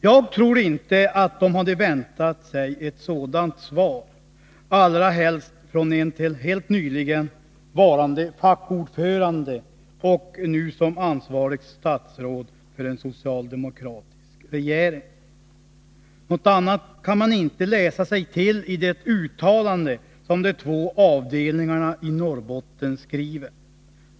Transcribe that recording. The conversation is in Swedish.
Jag tror inte att de hade väntat sig ett sådant här svar, allra minst från en som tills helt nyligen varit fackordförande och som nu är ansvarigt statsråd i en socialdemokratisk regering. Något annat kan man inte utläsa av det uttalande som de två avdelningarna i Norrbotten gjort.